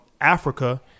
Africa